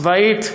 צבאית,